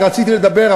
ורציתי לדבר,